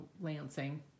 Lansing